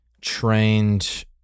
trained